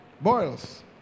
Boils